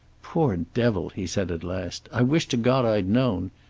poor devil! he said at last. i wish to god i'd known.